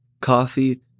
Coffee